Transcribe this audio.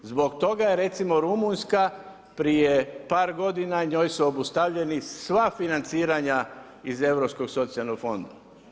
Zbog toga recimo Rumunjska prije par godina njoj su obustavljeni sva financiranja iz Europskog socijalnog fonda.